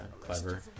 clever